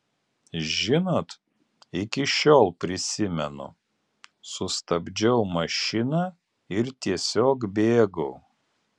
žinot iki šiol prisimenu sustabdžiau mašiną ir tiesiog bėgau